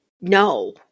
no